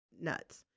nuts